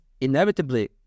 inevitably